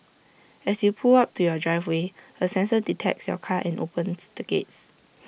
as you pull up to your driveway A sensor detects your car and opens the gates